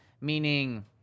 meaning